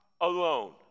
alone